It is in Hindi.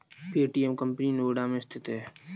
पे.टी.एम कंपनी नोएडा में स्थित है